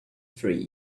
three